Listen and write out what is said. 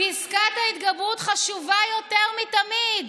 "פסקת ההתגברות חשובה יותר מתמיד.